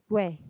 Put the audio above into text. where